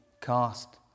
cast